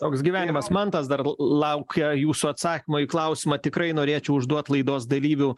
toks gyvenimas mantas dar laukia jūsų atsakymo į klausimą tikrai norėčiau užduot laidos dalyvių